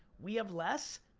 we have less,